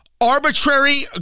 arbitrary